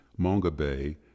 Mongabay